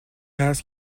هست